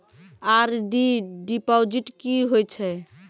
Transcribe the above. RD deposit की होय छै?